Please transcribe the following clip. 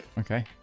Okay